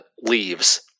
leaves